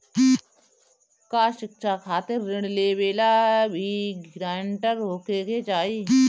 का शिक्षा खातिर ऋण लेवेला भी ग्रानटर होखे के चाही?